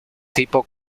tipo